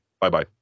Bye-bye